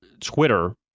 twitter